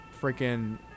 Freaking